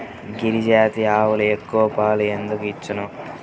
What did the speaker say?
గిరిజాతి ఆవులు ఎక్కువ పాలు ఎందుకు ఇచ్చును?